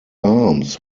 arms